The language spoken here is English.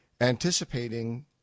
anticipating